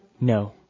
No